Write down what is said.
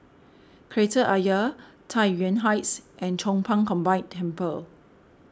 Kreta Ayer Tai Yuan Heights and Chong Pang Combined Temple